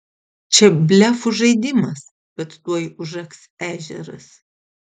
čia blefų žaidimas kad tuoj užaks ežeras